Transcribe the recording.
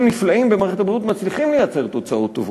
נפלאים במערכת הבריאות מצליחים לייצר תוצאות טובות.